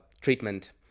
treatment